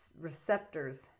receptors